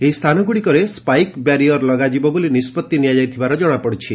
ଏହି ସ୍ଥାନଗୁଡ଼ିକରେ spike barrier ଲଗାଯିବ ବୋଲି ନିଷ୍ବଉି ନିଆଯାଇଥିବା ଜଣାପଡ଼ିଛି